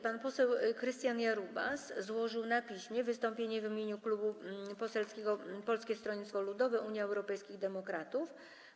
Pan poseł Krystian Jarubas złożył na piśmie wystąpienie w imieniu Klubu Poselskiego Polskiego Stronnictwa Ludowego - Unii Europejskich Demokratów.